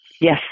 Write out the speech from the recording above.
Yes